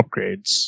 upgrades